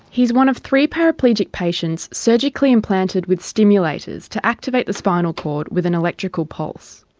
he is one of three paraplegic patients surgically implanted with stimulators to activate the spinal cord with an electrical pulse.